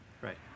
Right